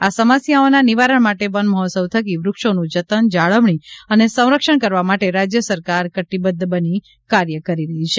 આ સમસ્યાઓના નિવારણ માટે વન મહોત્સવ થકી વૃક્ષોનું જતન જાળવણી અને સંરક્ષણ કરવા માટે રાજય સરકાર કટીબધ્ધ બની કાર્ય કરી રહી છે